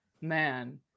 man